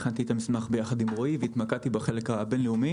הכנתי את המסמך יחד עם רועי והתמקדתי בחלק הבין-לאומי.